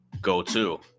go-to